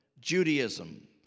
Judaism